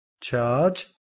charge